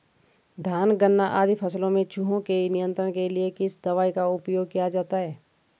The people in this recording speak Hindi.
धान गन्ना आदि फसलों में चूहों के नियंत्रण के लिए किस दवाई का उपयोग किया जाता है?